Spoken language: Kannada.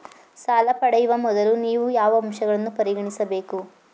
ಸಾಲ ಪಡೆಯುವ ಮೊದಲು ನೀವು ಯಾವ ಅಂಶಗಳನ್ನು ಪರಿಗಣಿಸಬೇಕು?